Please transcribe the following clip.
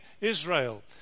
Israel